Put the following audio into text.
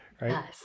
right